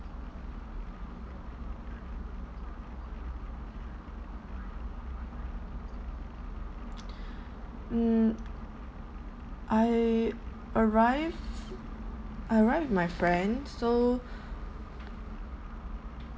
mm I arrived I arrived with my friend so